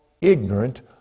ignorant